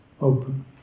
open